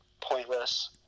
pointless